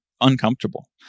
uncomfortable